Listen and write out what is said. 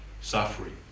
suffering